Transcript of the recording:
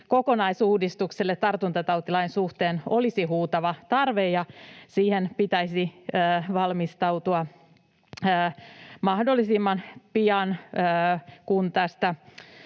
kokonaisuudistukselle tartuntatautilain suhteen olisi huutava tarve, ja siihen pitäisi valmistautua mahdollisimman pian, kun tästä